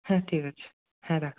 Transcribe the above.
হ্যাঁ ঠিক আছে হ্যাঁ রাখছি